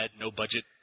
no-budget